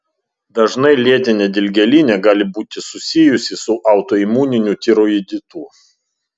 dažnai lėtinė dilgėlinė gali būti susijusi su autoimuniniu tiroiditu